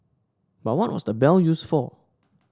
but what was the bell used for